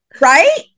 Right